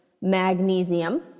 magnesium